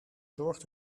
zorgt